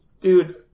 Dude